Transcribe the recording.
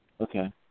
Okay